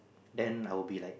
then I'll be like